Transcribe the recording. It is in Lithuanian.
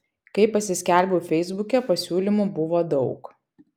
kai pasiskelbiau feisbuke pasiūlymų buvo daug